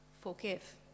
forgive